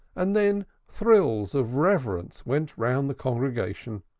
and then thrills of reverence went round the congregation.